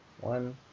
one